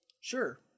Sure